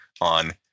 on